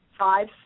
Five